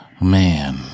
Man